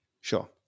Sure